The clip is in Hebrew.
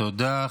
תודה.